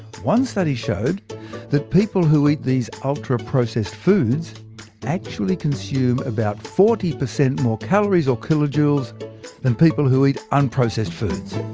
one study showed that people who eat these ultraprocessed foods actually consume about forty percent more calories or kilojoules than people who eat unprocessed foods.